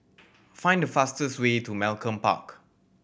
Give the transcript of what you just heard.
find the fastest way to Malcolm Park